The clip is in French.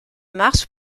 mars